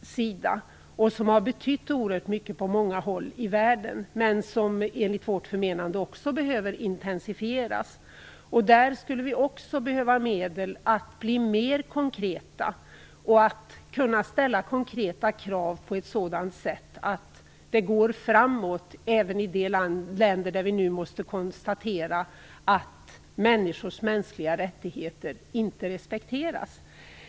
De har betytt oerhört mycket på många håll i världen. Men också de behöver intensifieras, enligt vårt förmenande. Där skulle det också behövas medel. Man borde bli mer konkret; ställa konkreta krav på ett sådant sätt att det går framåt även i de länder där vi nu måste konstatera att människors mänskliga rättigheter inte respekteras.